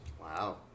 Wow